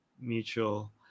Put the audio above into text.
mutual